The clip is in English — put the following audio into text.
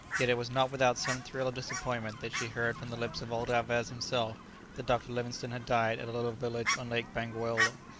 yet it was not without some thrill of disappointment that she heard from the lips of old alvez himself that dr. livingstone had died at a little village on lake bangweolo.